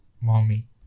Mommy